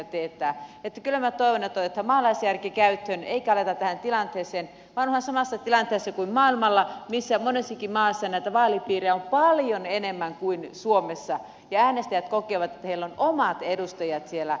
kyllä minä toivon että otetaan maalaisjärki käyttöön eikä aleta tähän tilanteeseen vaan ollaan samassa tilanteessa kuin maailmalla missä monessakin maassa näitä vaalipiirejä on paljon enemmän kuin suomessa ja äänestäjät kokevat että heillä on omat edustajat siellä edustamassa heitä